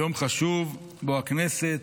יום חשוב שבו הכנסת,